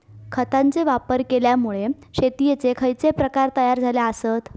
खतांचे वापर केल्यामुळे शेतीयेचे खैचे प्रकार तयार झाले आसत?